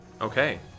Okay